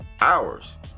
hours